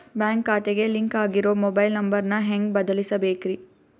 Bank ಖಾತೆಗೆ link ಆಗಿರೋ mobile number ನ ಹೆಂಗ್ ಬದಲಿಸಬೇಕ್ರಿ?